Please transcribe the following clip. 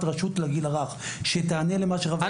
רשות לגיל הרך שתענה למה שחבר הכנסת קינלי אמר.